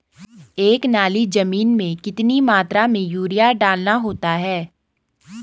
एक नाली जमीन में कितनी मात्रा में यूरिया डालना होता है?